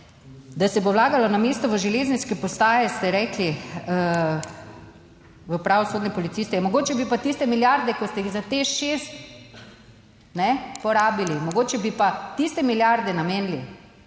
Da se bo vlagalo namesto v železniške postaje, ste rekli, v pravosodne policiste. Mogoče bi pa tiste milijarde, ki ste jih za TEŠ6, kajne, porabili, mogoče bi pa tiste milijarde namenili,